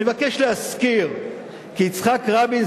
אני מבקש להזכיר כי יצחק רבין,